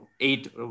eight